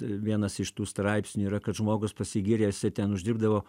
vienas iš tų straipsnių yra kad žmogus pasigyręs ir ten uždirbdavo